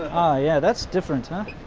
yeah, that's different, huh?